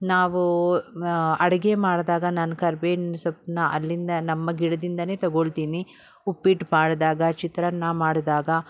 ನಾವು ಅಡುಗೆ ಮಾಡಿದಾಗ ನಾನು ಕರಿಬೇವಿನ ಸೊಪ್ಪನ್ನು ಅಲ್ಲಿಂದ ನಮ್ಮ ಗಿಡದಿಂದಲೇ ತೊಗೊಳ್ತೀನಿ ಉಪ್ಪಿಟ್ಟು ಮಾಡಿದಾಗ ಚಿತ್ರಾನ್ನ ಮಾಡಿದಾಗ